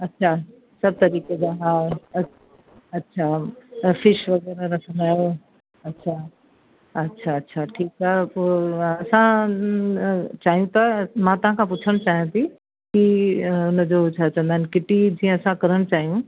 अच्छा सभु तरीक़े जा हा अच अच्छा तव्हां फिश वग़ैरह रखंदा आहियो अच्छा अच्छा अच्छा ठीकु आहे पोइ मां असां हम्म हम्म न चाहियूं था मां तव्हांखां पुछणु चाहियां थी की इअं हुनजो छा चवंदा आहिनि किटी जीअं असां करणु चाहियूं